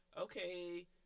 okay